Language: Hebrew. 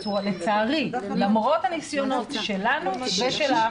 לצערי, למרות הניסיונות שלנו ושלך